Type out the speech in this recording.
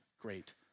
great